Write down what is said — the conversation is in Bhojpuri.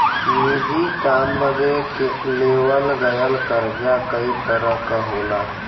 निजी काम बदे लेवल गयल कर्जा कई तरह क होला